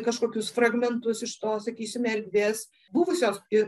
kažkokius fragmentus iš tos sakysim erdvės buvusios ir